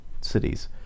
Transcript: cities